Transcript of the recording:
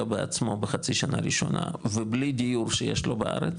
בעצמו בחצי שנה ראשונה ובלי דיור שיש לו בארץ,